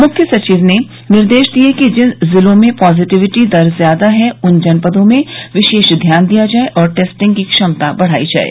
मुख्य सचिव ने निर्देश दिये कि जिन जिलों में पॉजिटीविटी दर ज्यादा है उन जनपदों में विशेष ध्यान दिया जाये और टेस्टिंग की क्षमता बढाई जाये